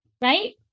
Right